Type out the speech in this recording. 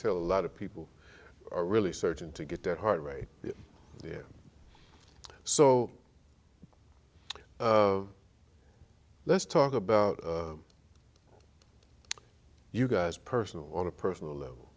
tell a lot of people are really searching to get their heart rate there so let's talk about you guys personal on a personal level